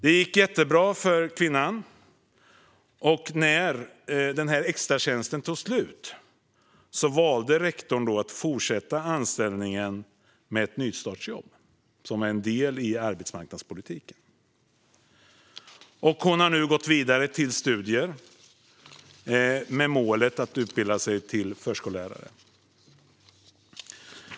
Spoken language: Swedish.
Det gick jättebra för kvinnan, och när extratjänsten tog slut valde rektorn att fortsätta hennes anställning med ett nystartsjobb, som var en del av arbetsmarknadspolitiken. Hon har nu gått vidare till studier med målet att utbilda sig till förskollärare.